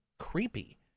Creepy